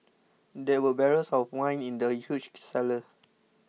there were barrels of wine in the huge cellar